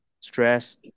stress